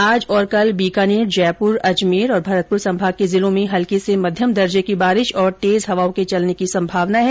आज और कल बीकानेर जयपुर अजमेर और भरतपुर संभाग के जिलों में हल्की से मध्यम दर्जे की बारिश और तेज हवाओं के चलने की संभावना है